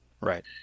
Right